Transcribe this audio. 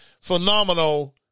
phenomenal